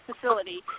facility